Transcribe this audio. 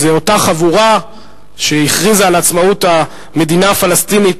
זו אותה חבורה שהכריזה על עצמאות המדינה הפלסטינית